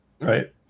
right